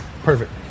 Perfect